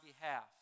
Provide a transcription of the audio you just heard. behalf